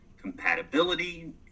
compatibility